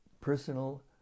personal